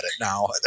now